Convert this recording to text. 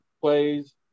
plays